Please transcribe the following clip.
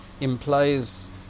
implies